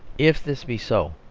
if this be so,